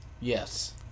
Yes